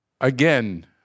again